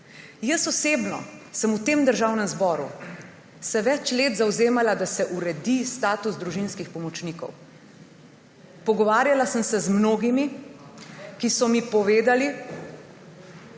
Osebno sem se v Državnem zboru več let zavzemala, da se uredi status družinskih pomočnikov. Pogovarjala sem se z mnogimi, ki so mi povedali,